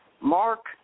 Mark